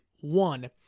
one